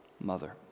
mother